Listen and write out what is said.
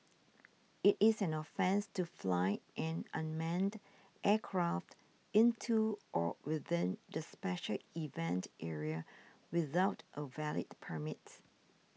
it is an offence to fly an unmanned aircraft into or within the special event area without a valid permit